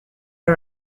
are